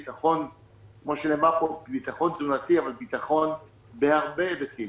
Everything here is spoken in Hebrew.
היא ביטחון בביטחון תזונתי וביטחון בהרבה היבטים.